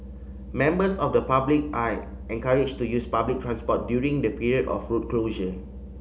members of the public are encouraged to use public transport during the period of road closure